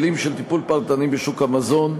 כלים של טיפול פרטני בשוק המזון,